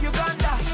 Uganda